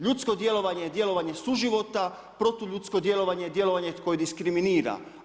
Ljudsko djelovanje je djelovanje suživota, protu ljudsko djelovanje je djelovanje koje diskriminira.